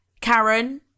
Karen